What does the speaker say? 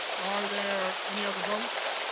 are there any other votes?